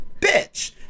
bitch